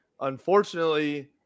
unfortunately